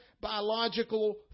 biological